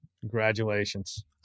Congratulations